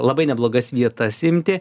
labai neblogas vietas imti